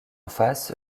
face